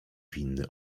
winny